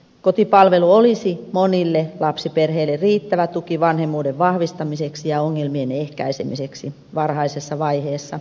kotipalvelu olisi monille lapsiperheille riittävä tuki vanhemmuuden vahvistamiseksi ja ongelmien ehkäisemiseksi varhaisessa vaiheessa